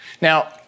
Now